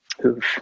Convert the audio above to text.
who've